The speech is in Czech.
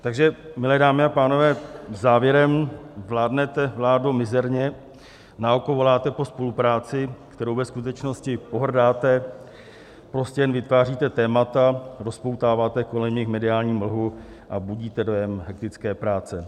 Takže, milé dámy a pánové, závěrem: vládnete, vládo, mizerně, na oko voláte po spolupráci, kterou ve skutečnosti pohrdáte, prostě jen vytváříte témata, rozpoutáváte kolem nich mediální mlhu a budíte dojem hektické práce.